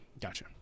Gotcha